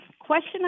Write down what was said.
question